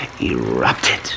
erupted